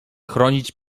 chronić